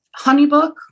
HoneyBook